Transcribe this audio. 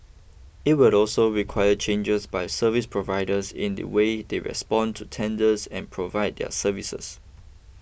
it will also require changes by service providers in the way they respond to tenders and provide their services